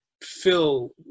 fill